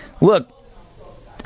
look